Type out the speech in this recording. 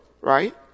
right